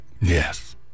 Yes